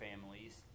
families